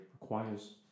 requires